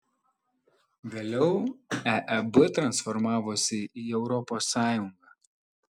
vėliau eeb transformavosi į europos sąjungą